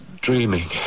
dreaming